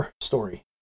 story